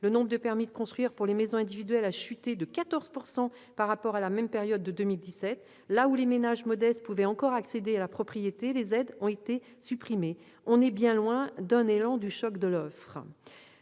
le nombre de permis de construire pour des maisons individuelles a chuté de 14 % par rapport à la même période de 2017. Là où les ménages modestes pouvaient encore accéder à la propriété, les aides ont été supprimées. On est bien loin d'un « élan » du choc de l'offre